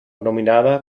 nominada